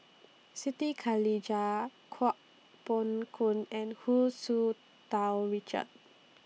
Siti Khalijah Kuo Pao Kun and Hu Tsu Tau Richard